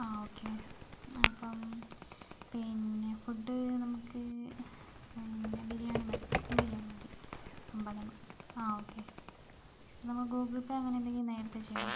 ആ ഓക്കേ അപ്പം പിന്നെ ഫുഡ് നമുക്ക് പിന്നെ ബിരിയാണി മതി ചിക്കൻ ബിരിയാണി മതി അമ്പതെണ്ണം ആ ഓക്കേ നമ്മൾ ഗൂഗിൾ പേ അങ്ങനെ എന്തെങ്കിലും നേരത്തെ ചെയ്യണോ